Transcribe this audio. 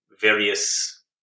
various